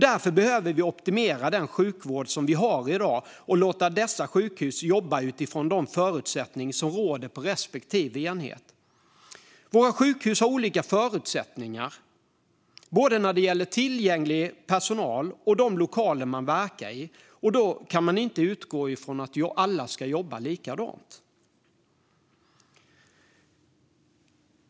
Därför behöver vi optimera den sjukvård vi har i dag och låta dessa sjukhus jobba utifrån de förutsättningar som råder på respektive enhet. Våra sjukhus har olika förutsättningar, både när det gäller tillgänglig personal och när det gäller de lokaler man verkar i, och därför kan vi inte utgå från att alla ska jobba likadant.